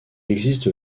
existe